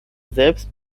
selbst